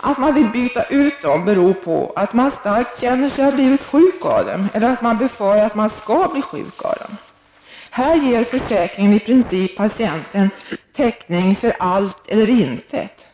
Att man vill byta ut dessa beror på att man starkt upplever att man har blivit sjuk av dem eller att man befarar att man skall bli sjuk av dem. Här ger försäkringen i princip patienten täckning för allt eller intet.